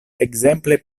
ekzemple